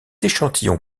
échantillons